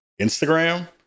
Instagram